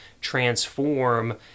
transform